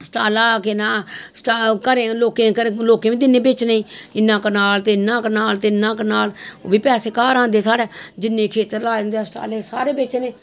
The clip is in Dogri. शटाला केह् नां घरे लोकें बी दिन्ने बेचने गी इन्ना कनाल ते इन्ना कनाल ते इन्ना कनाल ओह् बी पैसे घर आंदे साढ़ै जिन्ने खेत्तर लाए दे होंदे असें शटाले दे सारे बेचने